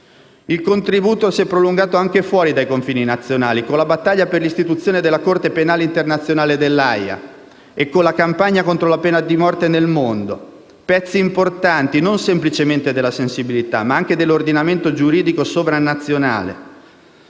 Il contributo si è prolungato anche fuori dei confini nazionali, con la battaglia per l'istituzione della Corte penale internazionale dell'Aia, e con la campagna contro la pena di morte nel mondo. Pezzi importanti non semplicemente della sensibilità, ma anche dell'ordinamento giuridico sovranazionale